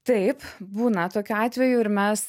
taip būna tokių atvejų ir mes